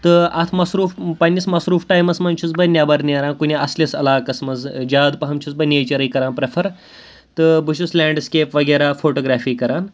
تہٕ اَتھ مصروٗف پنٛنِس مصروٗف ٹایمَس منٛز چھُس بہٕ نیٚبَر نیران کُنہِ اَصلِس عَلاقَس منٛز زیادٕ پَہَم چھُس بہٕ نیچَرٕے کَران پرٛٮ۪فَر تہٕ بہٕ چھُس لینٛڈسکیپ وغیرہ فوٹوگرٛافی کَران